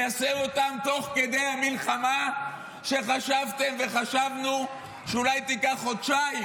ליישם אותם תוך כדי המלחמה שחשבתם וחשבנו שאולי תיקח חודשיים,